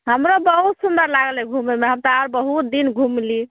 हमरो बहुत सुन्दर लागल है घूमय मे हम तऽ आओर बहुत दिन घुमली